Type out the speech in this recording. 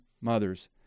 mothers